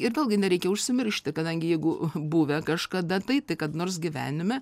ir vėlgi nereikia užsimiršti kadangi jeigu buvę kažkada tai tai kada nors gyvenime